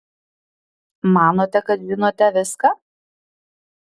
manote kad žinote viską